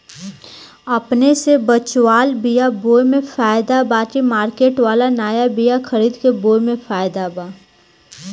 अपने से बचवाल बीया बोये मे फायदा बा की मार्केट वाला नया बीया खरीद के बोये मे फायदा बा?